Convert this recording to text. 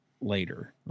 later